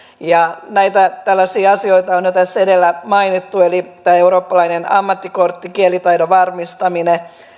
näitä tällaisia asioita on jo tässä edellä mainittu eli tämä eurooppalainen ammattikortti kielitaidon varmistaminen